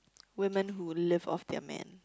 women who live off their men